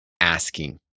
asking